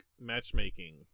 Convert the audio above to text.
matchmaking